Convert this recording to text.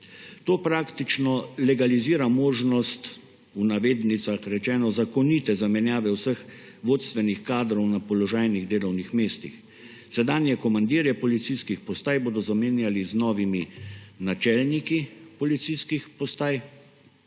To praktično legalizira možnost »zakonite zamenjave« vseh vodstvenih kadrov na položajnih delovnih mestih. Sedanje komandirje policijskih postaj bodo zamenjali z novimi načelniki policijskih postaj.